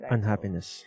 Unhappiness